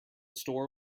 store